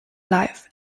life